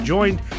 Joined